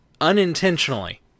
Unintentionally